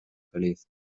feliz